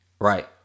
right